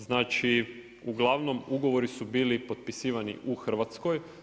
Znači, uglavnom ugovori su bili potpisivani u Hrvatskoj.